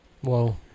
Whoa